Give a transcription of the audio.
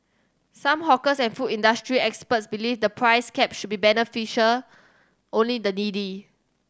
some hawkers and food industry experts believe the price caps should beneficial only the needy